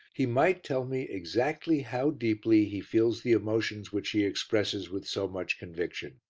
he might tell me exactly how deeply he feels the emotions which he expresses with so much conviction.